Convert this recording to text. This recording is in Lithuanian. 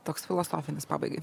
toks filosofinis pabaigai